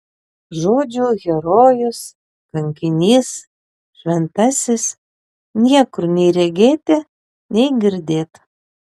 žodžių herojus kankinys šventasis niekur nei regėti nei girdėt